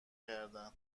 کردن